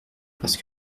parce